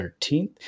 13th